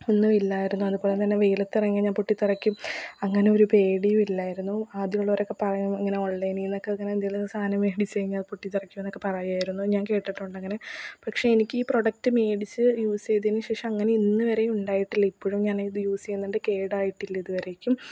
ഒന്നുമില്ലായിരുന്നു അതുപോലെ തന്നെ വെയിലത്തിറങ്ങിയാൽ ഞാൻ പൊട്ടി തെറിക്കും അങ്ങനൊരു പേടിയും ഇല്ലായിരുന്നു ആദ്യമുള്ളവരൊക്കെ പറയും ഇങ്ങനെ ഓൺലൈനിൽ നിന്നൊക്കെ അങ്ങനെ എന്തെങ്കിലും സാധനം മേടിച്ചു കഴിഞ്ഞാൽ പൊട്ടിത്തെറിക്കുമെന്നൊക്കെ പറയുമായിരുന്നു ഞാൻ കേട്ടിട്ടുണ്ടങ്ങനെ പക്ഷേ എനിക്കീ പ്രോഡക്റ്റ് മേടിച്ച് യൂസ് ചെയ്തതിന് ശേഷം അങ്ങനെ ഇന്നു വരെ ഉണ്ടായിട്ടില്ലിപ്പോഴും ഞാനത് യൂസ് ചെയ്യുന്നുണ്ട് കേടായിട്ടില്ലിതുവരേക്കും